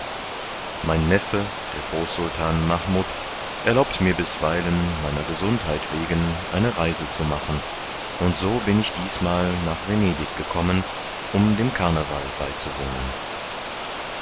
mein neffe der großsultan mahmud erlaubt mir bisweilen meiner gesundheit wegen eine reise zu machen und so bin ich diesmal nach venedig gekommen um den carneval beizuwohnen